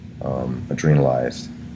adrenalized